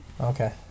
Okay